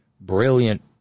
brilliant